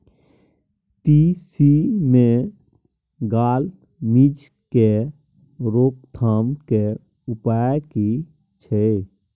तिसी मे gall midge के रोकथाम के उपाय की छै?